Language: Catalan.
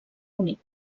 unit